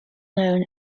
known